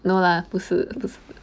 no lah 不是不是